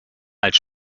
als